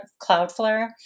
Cloudflare